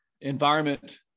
environment